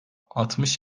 altmış